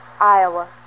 Iowa